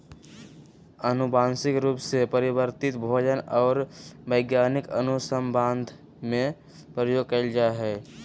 आनुवंशिक रूप से परिवर्तित भोजन और वैज्ञानिक अनुसन्धान में प्रयोग कइल जा हइ